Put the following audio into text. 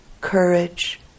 courage